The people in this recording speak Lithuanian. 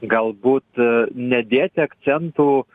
galbūt nedėti akcentų